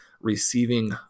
receiving